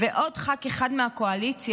ועוד ח"כ אחד מהקואליציה,